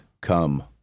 come